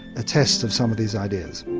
a test of some of these ideas.